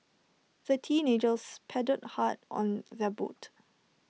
the teenagers paddled hard on their boat